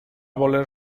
voler